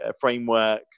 framework